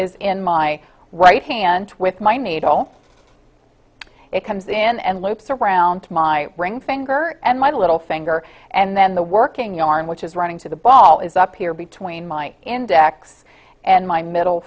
is in my right hand with my needle it comes in and loops around my ring finger and my little finger and then the working arm which is running to the ball is up here between my index and my middle